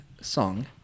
song